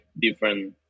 different